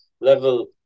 level